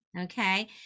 Okay